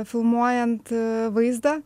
filmuojant vaizdą